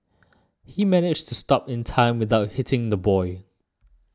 he managed to stop in time without hitting the boy